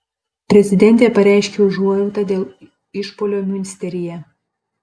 prezidentė pareiškė užuojautą dėl išpuolio miunsteryje